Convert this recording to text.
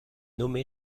nommé